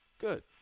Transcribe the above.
Good